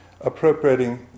appropriating